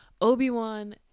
obi-wan